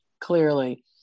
clearly